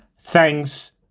Thanks